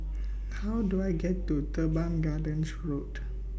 How Do I get to Teban Gardens Road